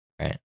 Right